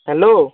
hello